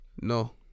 No